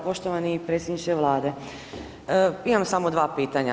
Poštovani predsjedniče Vlade, imam samo 2 pitanja.